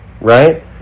right